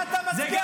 מה אתה מצביע